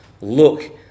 look